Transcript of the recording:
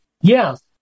yes